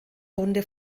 runde